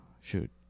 shoot